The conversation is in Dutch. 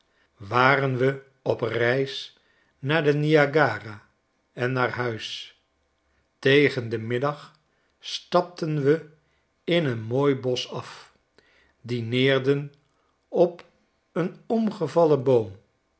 waren we op reis naar den niagara en naar huis tegen den middag stapten we in een mooi bosch af dineerden op een omgevallen boom